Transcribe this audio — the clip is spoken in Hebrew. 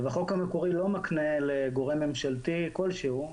החוק המקורי לא מקנה לגורם ממשלתי כלשהו,